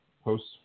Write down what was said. Hosts